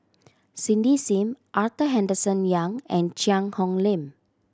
Cindy Sim Arthur Henderson Young and Cheang Hong Lim